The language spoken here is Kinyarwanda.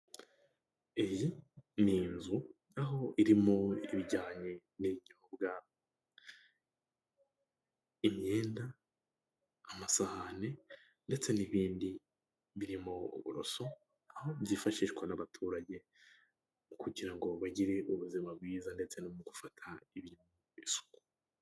Iyi ni inzu na ho irimo ibijyanye n'ibinyobwa, imyenda, amasahani ndetse n'ibindi birimo: uburoso aho byifashishwa n'abaturage kugira ngo bagire ubuzima bwiza ndetse no mu gufata ibi ku isuku.